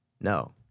no